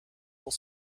will